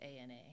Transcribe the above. ANA